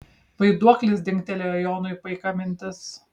vaiduoklis dingtelėjo jonui paika mintis